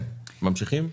אנחנו ממשיכים.